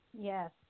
Yes